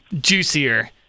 juicier